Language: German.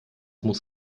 muss